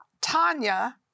Tanya